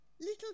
Little